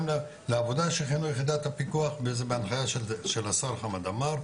גם לעבודה שהכינו יחידת הפיקוח בהנחיה של השר חמאד עמר,